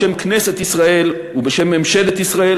בשם כנסת ישראל ובשם ממשלת ישראל,